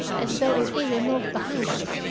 as though a figure moved behind me.